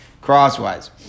crosswise